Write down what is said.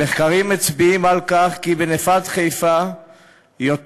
המחקרים מצביעים על כך שבנפת חיפה יותר